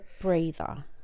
breather